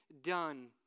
done